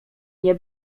nie